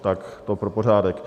Tak to pro pořádek.